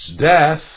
death